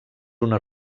una